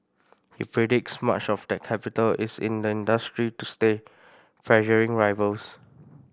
he predicts much of that capital is in the industry to stay pressuring rivals